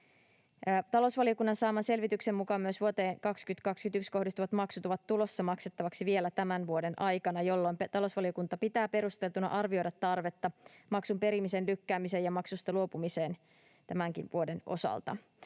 Talousvaliokunnan saaman selvityksen mukaan myös vuoteen 2021 kohdistuvat maksut ovat tulossa maksettavaksi vielä tämän vuoden aikana, jolloin talousvaliokunta pitää perusteltuna arvioida tarvetta maksun perimisen lykkäämiseen ja maksusta luopumiseen tämänkin vuoden osalta.